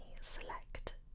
select